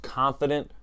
confident